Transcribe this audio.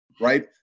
right